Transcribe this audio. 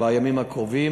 בימים הקרובים.